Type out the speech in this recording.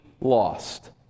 lost